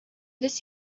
this